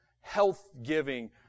health-giving